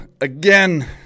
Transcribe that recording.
Again